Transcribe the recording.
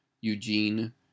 Eugene